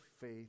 faith